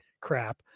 crap